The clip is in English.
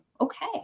okay